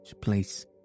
place